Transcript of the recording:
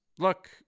look